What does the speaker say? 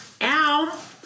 Ow